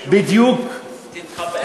תתחבר.